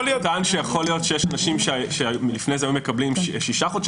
הוא טען שיכול להיות שיש אנשים שלפני כן היו מקבלים שישה חודשי